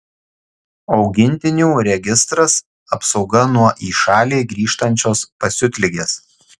augintinių registras apsauga nuo į šalį grįžtančios pasiutligės